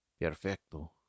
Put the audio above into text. Perfecto